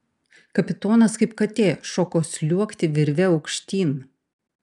kapitonas kaip katė šoko sliuogti virve aukštyn